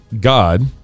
God